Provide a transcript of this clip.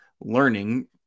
learning